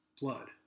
blood